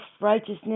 righteousness